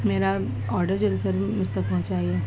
میرا آڈر جلد سے جلد مجھ تک پہنچائیے